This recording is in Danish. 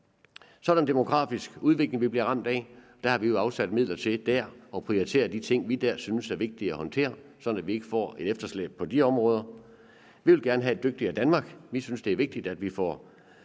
Så er der en demografisk udvikling, som vi bliver ramt af. Der har vi jo afsat midler til at prioritere de ting, som vi der synes er vigtige at håndtere, så vi ikke får et efterslæb på de områder. Vi vil gerne have et dygtigere Danmark. Vi synes, det er vigtigt, at vi får